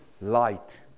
light